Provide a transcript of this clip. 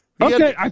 okay